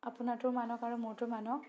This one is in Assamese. আপোনাৰটো মানক আৰু মোৰটোও মানক